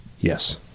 yes